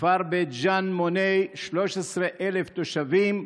הכפר בית ג'ן מונה 13,000 תושבים,